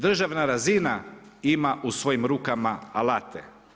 Državna razina ima u svojim rukama alate.